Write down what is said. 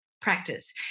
practice